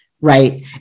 Right